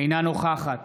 אינה נוכחת